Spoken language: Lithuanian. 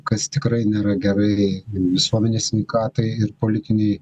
kas tikrai nėra gerai visuomenės sveikatai ir politinei